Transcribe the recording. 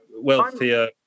wealthier